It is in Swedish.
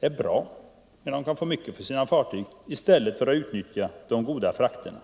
är bra — när de kan få mycket för sina fartyg — i stället för att utnyttja de goda frakterna.